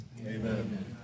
Amen